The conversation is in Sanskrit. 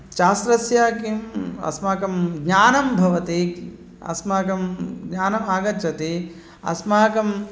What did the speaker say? शास्त्रस्य किम् अस्माकं ज्ञानं भवति अस्माकं ज्ञानम् आगच्छति अस्माकम्